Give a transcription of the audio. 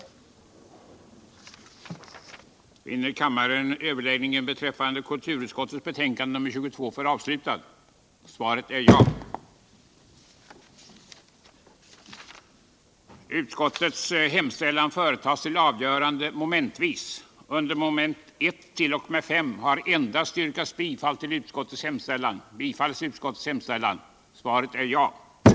den det ej vill röstar nej. den det ej vill röstar nej. a) att från och med nästkommande budgetår ökade satsningar skedde på idrottsverksamheten, så att den klart uttalade målsättningen ”idrott åt alla” kunde uvpfvyllas inom de närmaste åren,